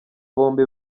bombi